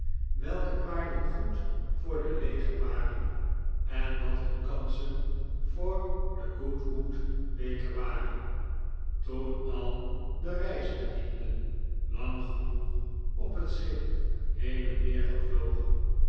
welke paarden goed voor de leger waren en wat hun kansen voor den goodwood beker waren toen al de reisbedienden lang genoeg op het schip heen en weer gevlogen